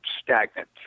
stagnant